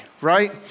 right